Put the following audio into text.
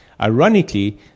Ironically